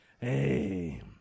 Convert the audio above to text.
Hey